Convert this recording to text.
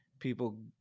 People